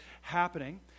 happening